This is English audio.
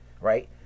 Right